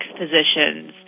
positions